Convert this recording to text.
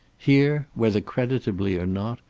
here, whether creditably or not,